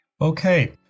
okay